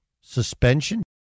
suspension